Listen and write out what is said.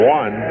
one